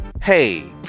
hey